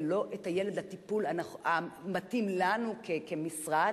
ולא את הילד לטיפול המתאים לנו כמשרד,